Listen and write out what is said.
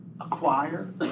acquire